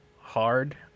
hard